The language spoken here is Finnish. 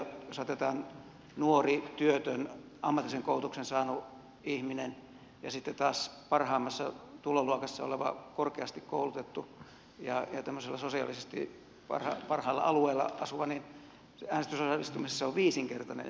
jos otetaan nuori työtön ammatillisen koulutuksen saanut ihminen ja sitten taas parhaimmassa tuloluokassa oleva korkeasti koulutettu ja tämmöisellä sosiaalisesti parhaalla alueella asuva niin äänestysosallistumisessa on viisinkertainen ero